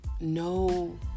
No